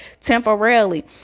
Temporarily